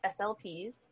SLPs